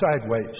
sideways